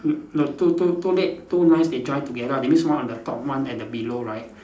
no no too too too late two lines they join together that means one at the top one at the below right